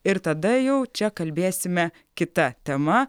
ir tada jau čia kalbėsime kita tema